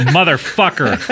motherfucker